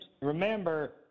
Remember